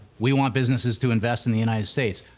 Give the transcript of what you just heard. we want businesses to invest in the united states.